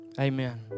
amen